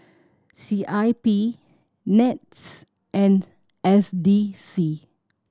C I P NETS and S D C